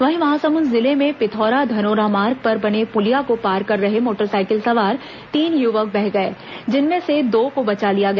वहीं महासमुंद जिले में पिथौरा धनोरा मार्ग पर बने पुलिया को पार कर रहे मोटरसाइकिल सवार तीन युवक बह गए जिनमें से दो को बचा लिया गया